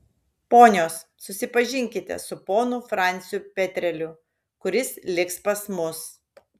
ponios susipažinkite su ponu franciu petreliu kuris liks pas mus